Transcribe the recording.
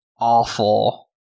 awful